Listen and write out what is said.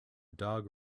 dog